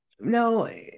No